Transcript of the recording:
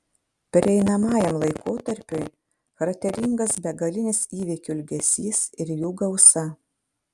pereinamajam laikotarpiui charakteringas begalinis įvykių ilgesys ir jų gausa